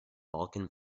balkan